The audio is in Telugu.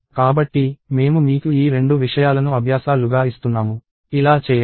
కాబట్టి మేము మీకు ఈ 2 విషయాలను అభ్యాసా లుగా ఇస్తున్నాము ఇలా చెయ్యండి